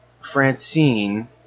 Francine